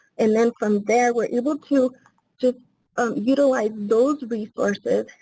and then from there, we're able to just ah utilize those resources,